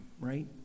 right